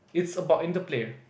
it's about interplay